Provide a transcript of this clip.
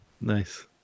Nice